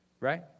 right